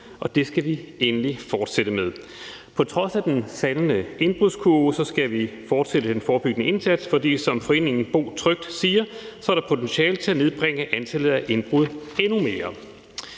det skal de endelig fortsætte med. På trods af den faldende indbrudskurve skal vi fortsætte den forebyggende indsats, for som foreningen Bo Trygt siger, er der potentiale til at nedbringe antallet af indbrud endnu mere.